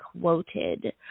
quoted